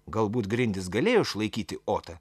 galbūt grindys galėjo išlaikyti otą